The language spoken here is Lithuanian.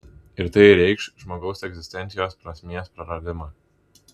ir tai reikš žmogaus egzistencijos prasmės praradimą